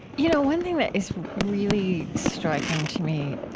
you know, one thing that is really striking to me